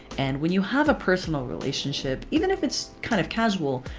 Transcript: and when you have a personal relationship even if it's kind of casual